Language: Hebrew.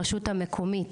רשות המקומית,